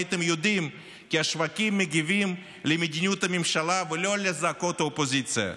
הייתם יודעים כי השווקים מגיבים למדיניות הממשלה ולא לזעקות האופוזיציה.